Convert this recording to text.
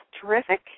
terrific